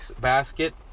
basket